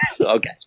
Okay